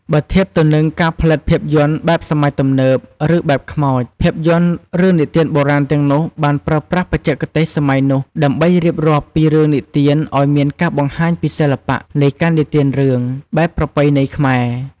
បើធៀបទៅនឹងការផលិតភាពយន្តបែបសម័យទំនើប ឬបែបខ្មោច ភាពយន្តរឿងនិទានបុរាណទាំងនោះបានប្រើប្រាស់បច្ចេកទេសសម័យនោះដើម្បីរៀបរាប់ពីរឿងនិទានឲ្យមានការបង្ហាញពីសិល្បៈនៃការនិទានរឿងបែបប្រពៃណីខ្មែរ។